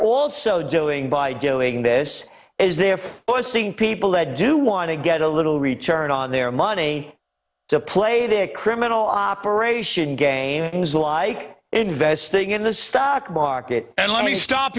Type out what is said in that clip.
also doing by doing this is there for people that do want to get a little return on their money to play the criminal operation game like investing in the stock market and let me stop